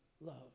love